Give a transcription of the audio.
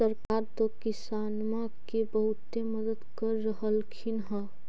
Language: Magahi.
सरकार तो किसानमा के बहुते मदद कर रहल्खिन ह?